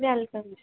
welcome ਜੀ